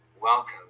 welcome